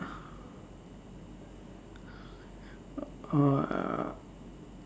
uh